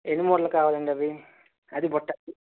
ఎన్ని మూరలు కావాలండి అవి అది బుట్ట